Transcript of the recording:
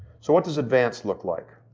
so what does advance look like?